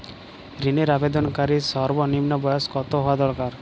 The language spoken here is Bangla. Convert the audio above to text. ঋণের আবেদনকারী সর্বনিন্ম বয়স কতো হওয়া দরকার?